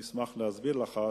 אשמח להסביר לך,